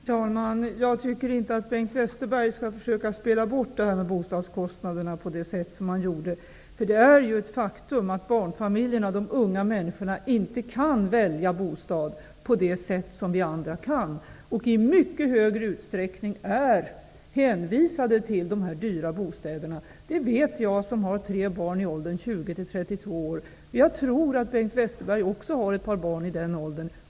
Herr talman! Jag tycker inte att Bengt Westerberg skall försöka spela bort det här med bostadskostnaderna på det sätt som han gjorde. Det är ett faktum att barnfamiljerna och de unga människorna inte kan välja bostad på samma sätt som vi andra. De är i mycket högre utsträckning hänvisade till de dyra bostäderna. Det vet jag som har tre barn i ålder 20--32 år. Jag tror att Bengt Westerberg också har ett par barn i den åldern.